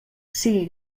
sigui